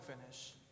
finish